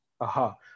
aha